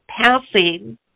passing